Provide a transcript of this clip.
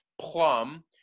plum